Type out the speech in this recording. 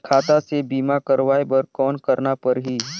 खाता से बीमा करवाय बर कौन करना परही?